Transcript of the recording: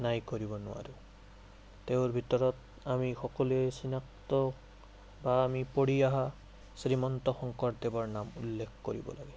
নাই কৰিব নোৱাৰোঁ তেওঁৰ ভিতৰত আমি সকলোৱে চিনাক্ত বা আমি পঢ়ি অহা শ্ৰীমন্ত শংকৰদেৱৰ নাম উল্লেখ কৰিব লাগে